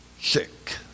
sick